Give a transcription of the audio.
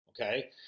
Okay